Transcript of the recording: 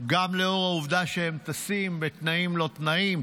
גם לאור העובדה שהם טסים בתנאים לא תנאים,